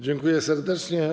Dziękuję serdecznie.